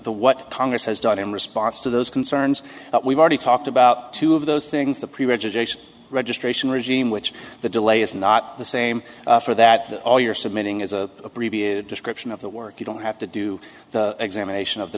the what congress has done in response to those concerns that we've already talked about two of those things the pre registration registration regime which the delay is not the same for that all you're submitting is a preview description of the work you don't have to do the examination of the